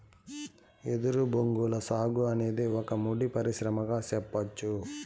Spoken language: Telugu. ఎదురు బొంగుల సాగు అనేది ఒక ముడి పరిశ్రమగా సెప్పచ్చు